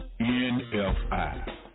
NFI